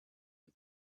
and